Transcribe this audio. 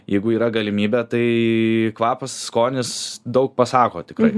jeigu yra galimybė tai kvapas skonis daug pasako tikrai